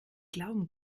glauben